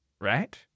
right